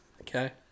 Okay